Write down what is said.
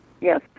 Yes